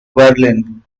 berlin